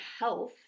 health